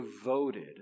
devoted